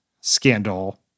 scandal